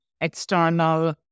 external